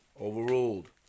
Overruled